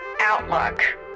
outlook